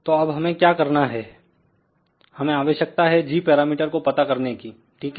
तो अब हमें क्या करना है हमें आवश्यकता है g पैरामीटर को पता करने की ठीक है